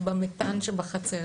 במתאן שבחצר